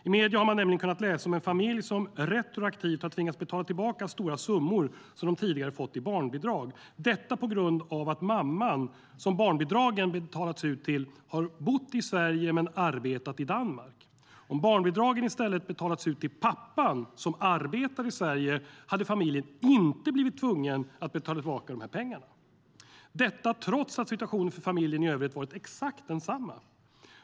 I medierna har man nämligen kunnat läsa om en familj som retroaktivt har tvingats betala tillbaka stora summor som de tidigare har fått i barnbidrag, detta på grund av att mamman, som barnbidragen betalats ut till, har bott i Sverige men arbetat i Danmark. Om barnbidragen i stället hade betalats ut till pappan, som arbetar i Sverige, hade familjen inte blivit tvungen att betala tillbaka pengarna - detta trots att situationen för familjen i övrigt varit exakt densamma.